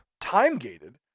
time-gated